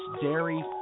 dairy